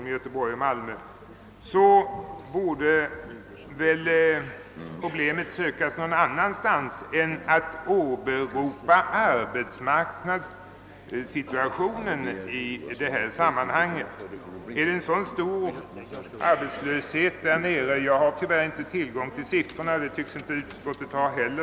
Jag har tyvärr icke tillgång till siffrorna för arbetslösheten där, och det tycks inte heller utskottet ha haft trots att man åberopar arbetsmarknadsförhållandena. Det torde, som reservanterna pekar på, vara möjligt att frisläppa några av de projekt som stoppats av den 25-procentiga byggnadsavgiften — det har man gjort på andra håll.